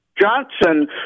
Johnson